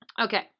Okay